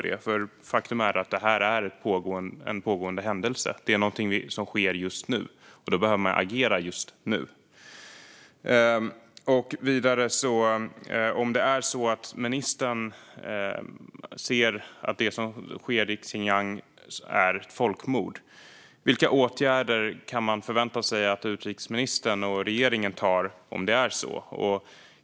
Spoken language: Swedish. Det här sker just nu, och då behöver man agera just nu. Om ministern anser att det som sker i Xinjiang är folkmord, vilka åtgärder kan vi då förvänta oss att utrikesministern och regeringen vidtar?